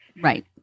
Right